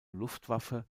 luftwaffe